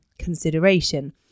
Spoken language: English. consideration